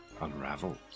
unravels